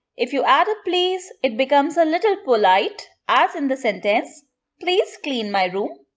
if you add a please it becomes a little polite as in the sentence please clean my room.